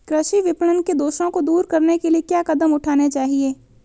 कृषि विपणन के दोषों को दूर करने के लिए क्या कदम उठाने चाहिए?